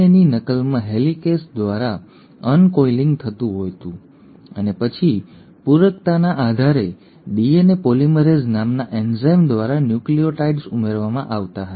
ની નકલમાં હેલિકેસ દ્વારા અનકોઈલિંગ થતું હતું અને પછી પૂરકતાના આધારે ડીએનએ પોલિમરેઝ નામના એન્ઝાઇમ દ્વારા ન્યુક્લિઓટાઇડ્સ ઉમેરવામાં આવતા હતા